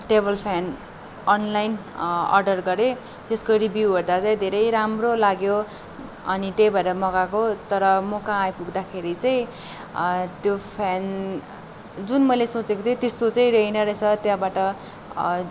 table fan online order गरेँ त्यसको review हेर्दा चाहिँ धेरै राम्रो लाग्यो अनि त्यही भएर मगाएको तर मकहाँ आइपुग्दा खेरि चाहिँ त्यो फ्यान जुन मैले सोँचेको थिएँ त्यस्तो चाहिँ छैन रहेछ त्यहाँबाट